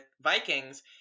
vikings